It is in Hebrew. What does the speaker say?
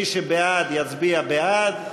מי שבעד, יצביע בעד.